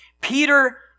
Peter